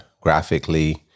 graphically